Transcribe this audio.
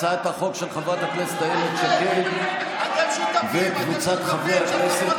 הצעת החוק של חברת הכנסת איילת שקד וקבוצת חברי הכנסת,